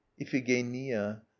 iphigenia